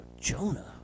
Jonah